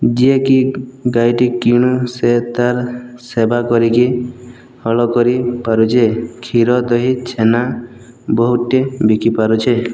ଯିଏକି ଗାଈଟି କିଣେ ସିଏ ତାର୍ ସେବା କରିକି ହଳ କରି ପାରୁଛେ କ୍ଷୀର ଦହି ଛେନା ବହୁତଟେ ବିକି ପାରୁଛେ